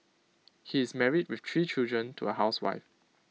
he is married with three children to A housewife